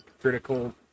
critical